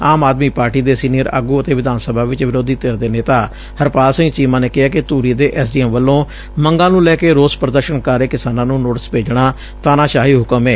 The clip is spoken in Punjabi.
ਆਮ ਆਦਮੀ ਪਾਰਟੀ ਦੇ ਸੀਨੀਅਰ ਆਗੁ ਅਤੇ ਵਿਧਾਨ ਸਭਾ ਵਿਚ ਵਿਰੋਧੀ ਧਿਰ ਦੇ ਨੇਤਾ ਹਰਪਾਲ ਸਿੰਘ ਚੀਮਾ ਨੇ ਕਿਹੈ ਕਿ ਧੁਰੀ ਦੇ ਐਸ ਡੀ ਐਮ ਵਲੋਂ ਮੰਗਾਂ ਨੂੰ ਲੈ ਕੇ ਰੋਸ ਪ੍ਰਦਰਸ਼ਨ ਕਰ ਰਹੇ ਕਿਸਾਨਾਂ ਨੂੰ ਨੋਟਿਸ ਭੇਜਣਾ ਤਾਨਾਸ਼ਾਹੀ ਹੁਕਮ ਏ